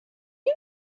you